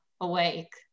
awake